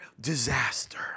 disaster